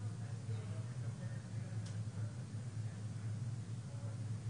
ואני לא מדבר על עמלה של 2% שאנחנו יודעים אותה,